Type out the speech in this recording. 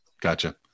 Gotcha